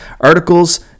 articles